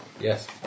Yes